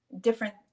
different